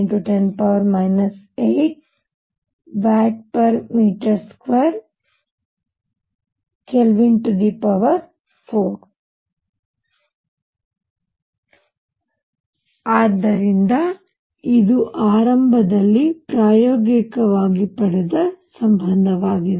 67 × 10 8 Wm2K4 ಆದ್ದರಿಂದ ಇದು ಆರಂಭದಲ್ಲಿ ಪ್ರಾಯೋಗಿಕವಾಗಿ ಪಡೆದ ಸಂಬಂಧವಾಗಿದೆ